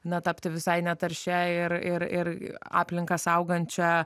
na tapti visai netaršiai ir ir aplinką saugančia